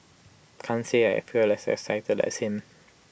can't say I feel as excited as him